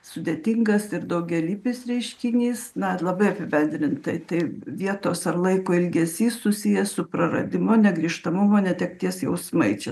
sudėtingas ir daugialypis reiškinys na labai apibendrintai tai vietos ar laiko ilgesys susijęs su praradimu negrįžtamumu netekties jausmai čia